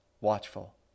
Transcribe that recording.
watchful